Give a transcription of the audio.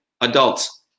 adults